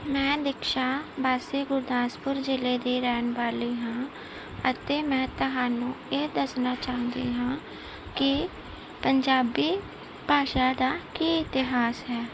ਮੈਂ ਦੀਕਸ਼ਾ ਵਾਸੀ ਗੁਰਦਾਸਪੁਰ ਜ਼ਿਲ੍ਹੇ ਦੀ ਰਹਿਣ ਵਾਲੀ ਹਾਂ ਅਤੇ ਮੈਂ ਤੁਹਾਨੂੰ ਇਹ ਦੱਸਣਾ ਚਾਹੁੰਦੀ ਹਾਂ ਕਿ ਪੰਜਾਬੀ ਭਾਸ਼ਾ ਦਾ ਕੀ ਇਤਿਹਾਸ ਹੈ